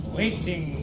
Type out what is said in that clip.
waiting